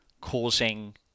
causing